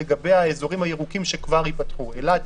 לגבי האזורים הירוקים שכבר ייפתחו: אילת,